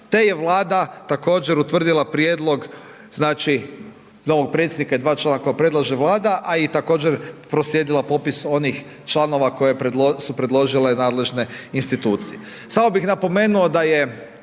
te je Vlada također utvrdila prijedlog, znači, novog predsjednika i dva člana koja predlaže Vlada, a i također proslijedila popis onih članova koje su predložile nadležne institucije.